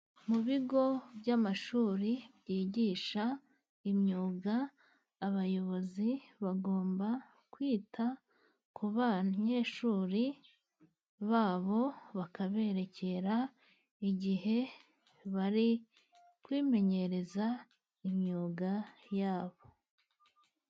Mu bigo by'amashuri byigisha imyuga, abayobozi bagomba kwita ku banyeshuri babo, bakaberekera igihe bari kwimenyereza imyuga yabo.